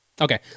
Okay